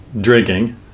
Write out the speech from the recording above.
drinking